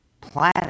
planet